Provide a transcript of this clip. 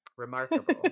Remarkable